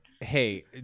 hey